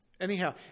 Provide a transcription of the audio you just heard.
Anyhow